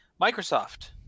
Microsoft